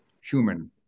human